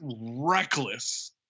reckless